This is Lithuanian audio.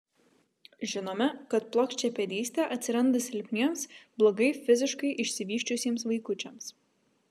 žinome kad plokščiapėdystė atsiranda silpniems blogai fiziškai išsivysčiusiems vaikučiams